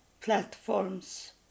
platforms